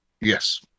Yes